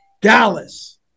Dallas